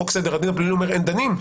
חוק סדר הדין הפלילי אומר: אין דנים.